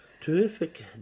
terrific